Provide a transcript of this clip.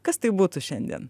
kas tai būtų šiandien